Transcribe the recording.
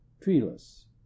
treeless